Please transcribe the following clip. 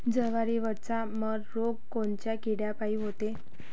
जवारीवरचा मर रोग कोनच्या किड्यापायी होते?